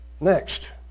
Next